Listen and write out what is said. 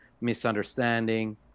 misunderstanding